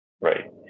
right